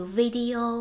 video